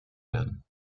werden